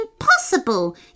impossible